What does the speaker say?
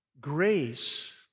Grace